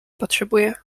potrzebuję